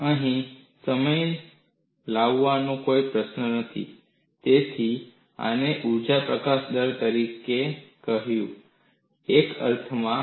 અહીં સમય લાવવાનો કોઈ પ્રશ્ન નથી તેથી આને ઊર્જા પ્રકાશન દર તરીકે કહેવું એક અર્થમાં એક ખોટો અર્થ